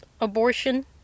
abortion